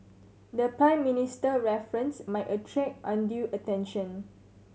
the Prime Minister reference might attract undue attention